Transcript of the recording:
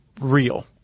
real